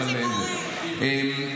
אבל --- דיור ציבורי,